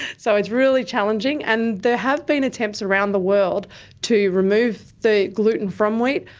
so it's really challenging. and there have been attempts around the world to remove the gluten from wheat,